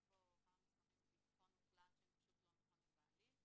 כי נזרקו פה כמה מספרים בביטחון מוחלט שהם פשוט לא נכונים בעליל.